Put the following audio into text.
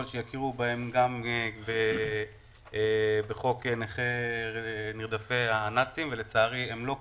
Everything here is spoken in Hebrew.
כדי שיכירו בהם בחוק נכי נרדפי הנאצים אבל לצערי הם לא כלולים.